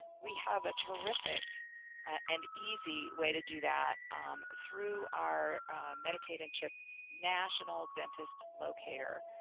we have a terrific and easy way to do that through our medicaid and chip national dentist locator.